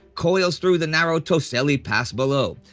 coils through the narrow toselli pass below.